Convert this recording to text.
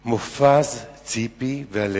מופז, ציפי והנגבי.